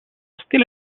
stile